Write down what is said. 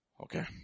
Okay